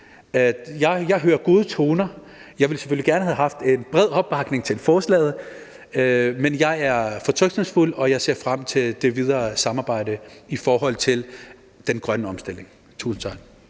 Jeg hører gode toner. Jeg ville selvfølgelig gerne have haft en bred opbakning til forslaget, men jeg er fortrøstningsfuld, og jeg ser frem til det videre samarbejde i forhold til den grønne omstilling. Tusind tak.